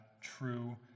true